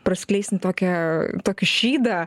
praskleisim tokią tokį šydą